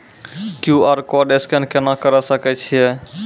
QR code scan केना करै सकय छियै?